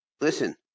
listen